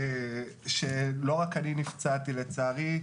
לא רק אני נפצעתי, לצערי.